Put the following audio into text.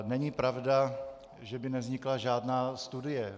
Není pravda, že by nevznikla žádná studie.